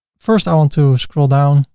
first i want to scroll down,